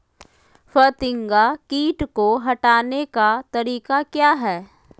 फतिंगा किट को हटाने का तरीका क्या है?